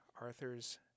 Arthur's